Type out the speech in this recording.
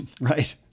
Right